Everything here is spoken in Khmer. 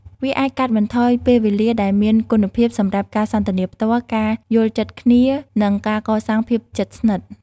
វាអាចកាត់បន្ថយពេលវេលាដែលមានគុណភាពសម្រាប់ការសន្ទនាផ្ទាល់ ការយល់ចិត្តគ្នា និងការកសាងភាពជិតស្និទ្ធ។